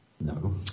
No